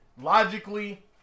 logically